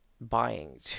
buying